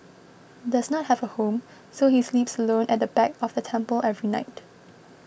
does not have a home so he sleeps alone at the back of the temple every night